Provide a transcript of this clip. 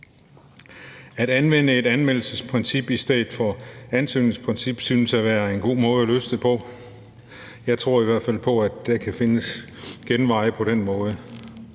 At anvende et anmeldelsesprincip i stedet for et ansøgningsprincip synes at være en god måde at løse det på. Jeg tror i hvert fald på, at der kan findes genveje på den måde,